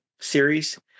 series